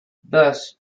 thus